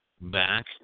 Back